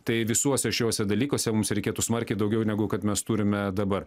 tai visuose šiuose dalykuose mums reikėtų smarkiai daugiau negu kad mes turime dabar